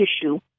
tissue